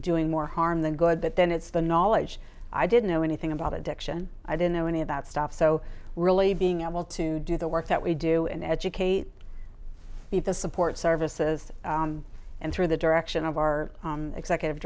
doing more harm than good but then it's the knowledge i didn't know anything about addiction i didn't know any of that stuff so really being able to do the work that we do and educate the the support services and through the direction of our executive